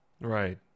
Right